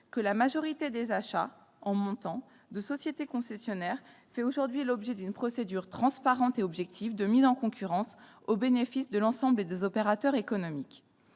que « la majorité des achats- en montant -des sociétés concessionnaires fait aujourd'hui l'objet d'une procédure transparente et objective de mise en concurrence au bénéfice de l'ensemble des opérateurs économiques